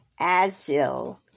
Azil